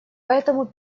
поэтому